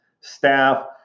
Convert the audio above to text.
staff